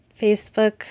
Facebook